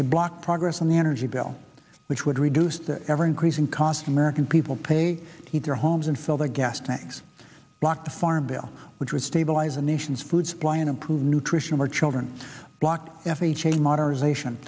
a block progress on the energy bill which would reduce the ever increasing cost american people pay to keep their homes and fill their gas tanks block the farm bill which would stabilize the nation's food supply and improve nutrition of our children block f h a modernization